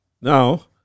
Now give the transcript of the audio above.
now